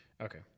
Okay